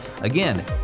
Again